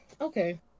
okay